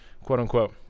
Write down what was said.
quote-unquote